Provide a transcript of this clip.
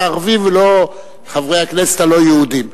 הערבים" ולא "חברי הכנסת הלא-יהודים".